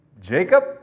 Jacob